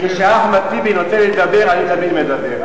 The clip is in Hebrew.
כשאחמד טיבי נותן לי לדבר אני תמיד מדבר.